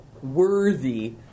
Worthy